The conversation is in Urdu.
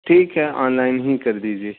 ٹھیک ہے آنلائن ہی کر دیجیے